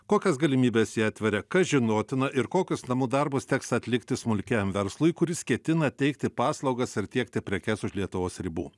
kokias galimybes ji atveria kas žinotina ir kokius namų darbus teks atlikti smulkiajam verslui kuris ketina teikti paslaugas ar tiekti prekes už lietuvos ribų